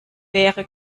wäre